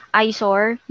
eyesore